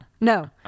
No